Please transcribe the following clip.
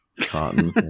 Cotton